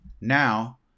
Now